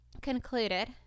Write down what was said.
concluded